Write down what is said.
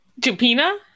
Jupina